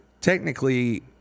technically